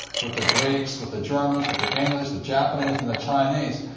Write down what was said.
with the greeks, with the germans, with the english, the japanese and the chinese.